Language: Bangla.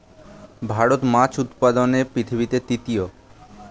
ভারত মাছ উৎপাদনে পৃথিবীতে তৃতীয়